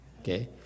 okay